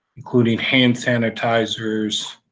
including hand sanitizers,